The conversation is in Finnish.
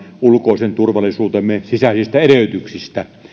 ulkoisen turvallisuutemme sisäisistä edellytyksistä